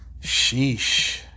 Sheesh